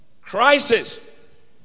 Crisis